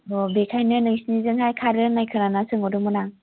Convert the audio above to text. अ बेनिखायनो नोंसिनिजोंहाय खारो होनना खोनाना सोंहरदोंमोन आं